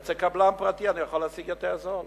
אצל קבלן פרטי אני יכול להשיג יותר זול.